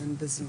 בזום,